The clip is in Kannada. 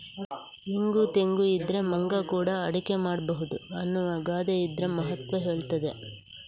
ಇಂಗು ತೆಂಗು ಇದ್ರೆ ಮಂಗ ಕೂಡಾ ಅಡಿಗೆ ಮಾಡ್ಬಹುದು ಅನ್ನುವ ಗಾದೆ ಇದ್ರ ಮಹತ್ವ ಹೇಳ್ತದೆ